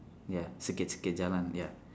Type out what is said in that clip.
ya sikit-sikit jalan ya